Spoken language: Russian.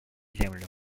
землю